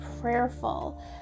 prayerful